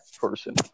person